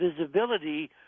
visibility